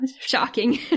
Shocking